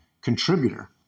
contributor